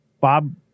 Bob